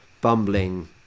bumbling